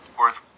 worth